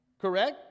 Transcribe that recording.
Correct